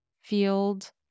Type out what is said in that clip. field